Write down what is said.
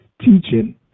teaching